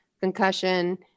concussion